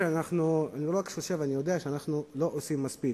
אני לא רק חושב, אני יודע שאנחנו לא עושים מספיק.